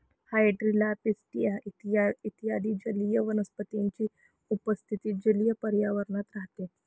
hydrilla, pistia इत्यादी जलीय वनस्पतींची उपस्थिती जलीय पर्यावरणात राहते